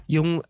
Yung